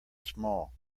small